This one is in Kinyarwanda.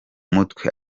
mutwe